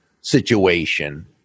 situation